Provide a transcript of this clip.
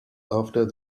after